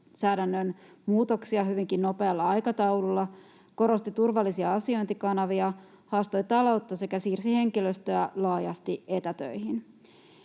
etuuslainsäädännön muutoksia hyvinkin nopealla aikataululla, korosti turvallisia asiointikanavia, haastoi taloutta sekä siirsi henkilöstöä laajasti etätöihin.